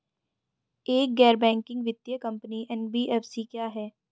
एक गैर बैंकिंग वित्तीय कंपनी एन.बी.एफ.सी क्या है?